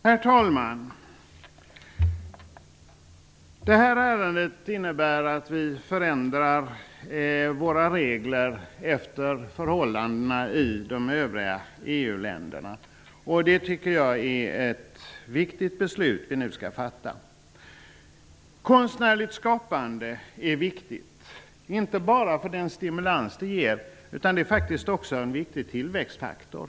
Herr talman! Det här ärendet innebär att vi förändrar våra regler efter förhållandena i de övriga EU-länderna, och jag tycker att det beslut vi nu skall fatta är viktigt. Konstnärligt skapande är viktigt, inte bara för den stimulans det ger, utan det är faktiskt också en viktig tillväxtfaktor.